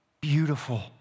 Beautiful